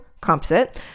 composite